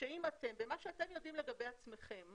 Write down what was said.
שאם במה שאתם יודעים לגבי עצמכם